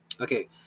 okay